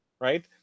Right